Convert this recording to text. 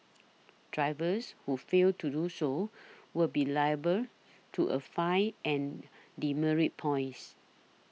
drivers who fail to do so will be liable to a fine and demerit points